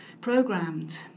programmed